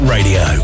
Radio